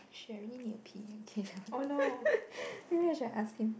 !shit! I really need to pee okay maybe I should ask him